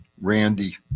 Randy